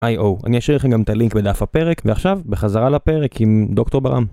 איי או, אני אשאיר לכם גם את הלינק בדף הפרק, ועכשיו, בחזרה לפרק עם דוקטור ברעם.